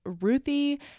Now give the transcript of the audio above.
Ruthie